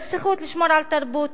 יש זכות לשמור על תרבות,